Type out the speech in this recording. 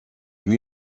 lui